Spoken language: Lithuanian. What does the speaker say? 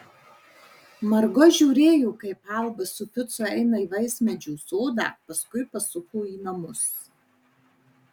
margo žiūrėjo kaip alba su ficu eina į vaismedžių sodą paskui pasuko į namus